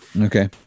Okay